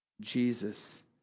Jesus